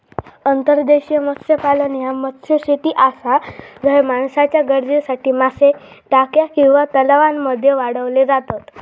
अंतर्देशीय मत्स्यपालन ह्या मत्स्यशेती आसा झय माणसाच्या गरजेसाठी मासे टाक्या किंवा तलावांमध्ये वाढवले जातत